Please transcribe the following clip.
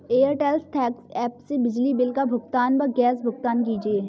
Airtel thanks app से बिजली bill का भुगतान व गैस भुगतान कीजिए